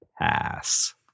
pass